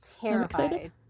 terrified